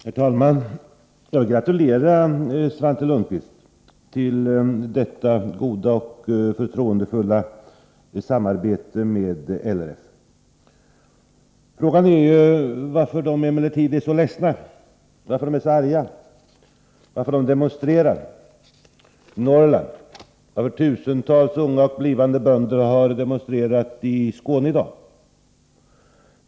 Herr talman! Jag gratulerar Svante Lundkvist till detta goda och förtroendefulla samarbete med LRF. Frågan är emellertid varför LRF-medlemmarna är så ledsna, så arga och varför de demonstrerar i Norrland. Tusentals unga bönder och blivande bönder har demonstrerat i Skåne i dag.